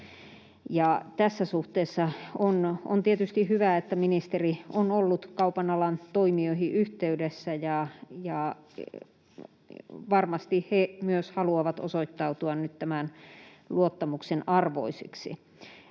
Tässä suhteessa on tietysti hyvä, että ministeri on ollut kaupan alan toimijoihin yhteydessä. Varmasti he myös haluavat osoittautua nyt tämän luottamuksen arvoisiksi.